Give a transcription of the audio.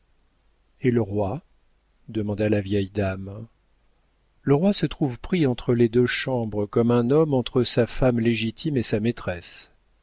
et le roi demanda la vieille dame le roi se trouve pris entre les deux chambres comme un homme entre sa femme légitime et sa maîtresse